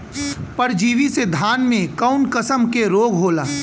परजीवी से धान में कऊन कसम के रोग होला?